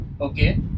Okay